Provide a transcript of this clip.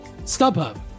StubHub